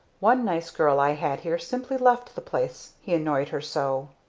one nice girl i had here simply left the place he annoyed her so.